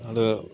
അത്